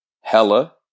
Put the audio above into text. Hella